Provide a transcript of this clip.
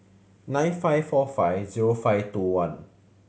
nine five four five zero five two one